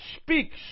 speaks